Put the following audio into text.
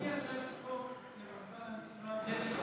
על-פי הצעת החוק, למנכ"ל המשרד יש רשות